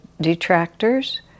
detractors